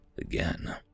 again